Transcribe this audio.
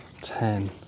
ten